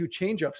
changeups